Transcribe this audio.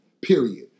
period